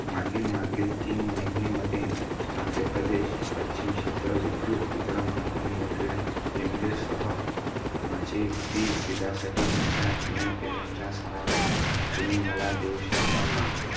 मागील मागील तीन महिन्यामध्ये मध्य प्रदेश पश्चिम क्षेत्र विद्युत वितरण कंपनी लिमिटेड लिमिटेडसह माझे वीज बिलासाठी माझ्या जुन्या पेमेंटच्या सारांश तुम्ही मला देऊ शकता का